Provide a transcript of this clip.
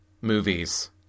movies